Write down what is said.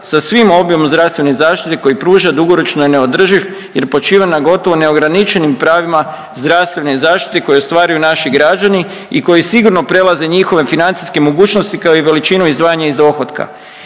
sa svim obimom zdravstvene zaštite koji pruža dugoročno je neodrživ jer počiva na gotovo neograničenim pravima zdravstvene zaštite koju ostvaruju naši građani i koji sigurno prelaze njihove financijske mogućnosti kao i veličinu izdvajanja iz dohotka.